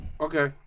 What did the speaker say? Okay